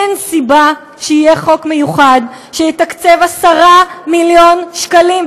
אין סיבה שיהיה חוק מיוחד שיתקצב ב-10 מיליון שקלים,